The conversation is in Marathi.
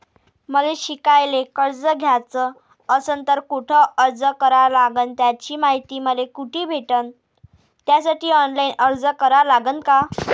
मले शिकायले कर्ज घ्याच असन तर कुठ अर्ज करा लागन त्याची मायती मले कुठी भेटन त्यासाठी ऑनलाईन अर्ज करा लागन का?